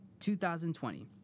2020